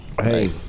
Hey